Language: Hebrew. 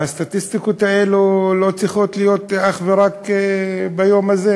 והסטטיסטיקות האלה לא צריכות להיות אך ורק ביום הזה.